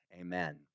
Amen